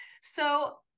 So-